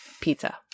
pizza